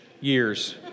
years